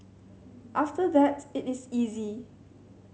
after that it is easy